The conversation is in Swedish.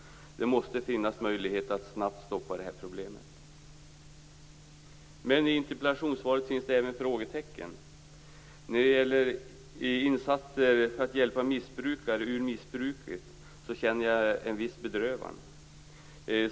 Det måste finnas möjligheter att snabbt stoppa problemet. Men det finns även frågetecken i interpellationssvaret. När det gäller insatser för att hjälpa missbrukare ur missbruket känner jag en viss bedrövelse.